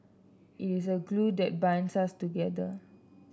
it is a glue that binds us together